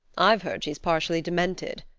i've heard she's partially demented,